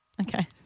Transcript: Okay